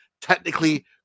technically